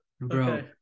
Bro